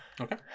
Okay